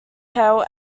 pale